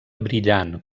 brillant